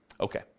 okay